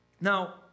Now